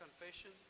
confession